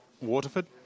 Waterford